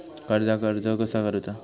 कर्जाक अर्ज कसा करुचा?